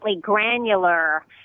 granular